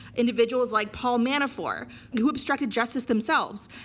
individuals like paul manafort who obstructed justice themselves,